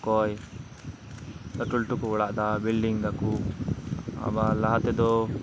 ᱚᱠᱚᱭ ᱞᱟᱹᱴᱩ ᱞᱟᱹᱴᱩ ᱠᱚ ᱚᱲᱟᱜ ᱫᱟ ᱵᱤᱞᱰᱤᱝ ᱫᱟᱠᱚ ᱟᱵᱟᱨ ᱞᱟᱦᱟ ᱛᱮᱫᱚ